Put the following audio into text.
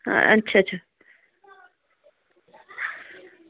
अच्छा अच्छा